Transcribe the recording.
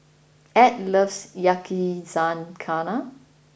Add loves Yakizakana